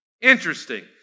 interesting